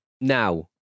Now